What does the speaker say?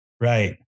Right